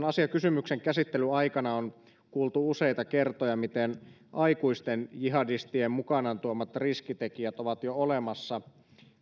asiakysymyksen käsittelyn aikana on kuultu useita kertoja miten aikuisten jihadistien mukanaan tuomat riskitekijät ovat jo olemassa